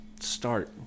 start